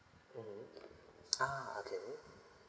mmhmm ah okay